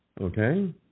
Okay